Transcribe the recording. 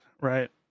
right